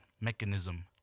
mechanism